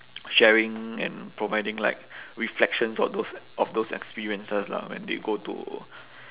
sharing and providing like reflections of those of those experiences lah when they go to